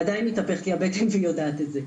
עדיין מתהפכת לי הבטן והיא יודעת את זה.